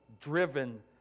driven